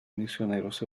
misioneros